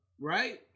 right